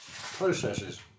processes